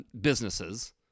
Businesses